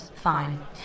Fine